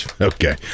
okay